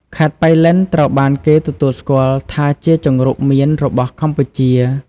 ខេត្តប៉ៃលិនត្រូវបានគេទទួលស្គាល់ថាជាជង្រុកមៀនរបស់កម្ពុជា។